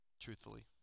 Truthfully